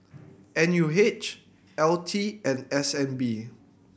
N U H L T and S N B